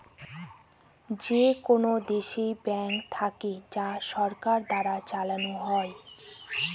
যেকোনো দেশে ব্যাঙ্ক থাকে যা সরকার দ্বারা চালানো হয়